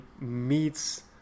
meets